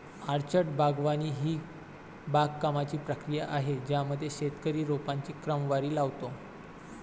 orchard बागवानी ही बागकामाची प्रक्रिया आहे ज्यामध्ये शेतकरी रोपांची क्रमवारी लावतो